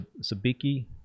sabiki